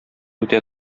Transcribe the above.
үтә